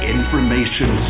Information